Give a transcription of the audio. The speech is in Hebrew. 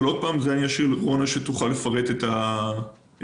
אבל אני אשאיר לרונה לפרט את השלבים.